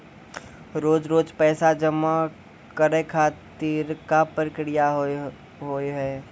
रोज रोज पैसा जमा करे खातिर का प्रक्रिया होव हेय?